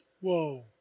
Whoa